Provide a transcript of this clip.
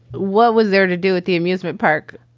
what was there to do at the amusement park?